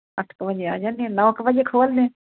ਅੱਠ ਕੁ ਵਜੇ ਆ ਜਾਂਦੇ ਆ ਨੌਂ ਕੁ ਵਜੇ ਖੋਲ੍ਹਦੇ